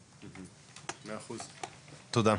אוקי, מאה אחוז, תודה.